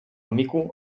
mico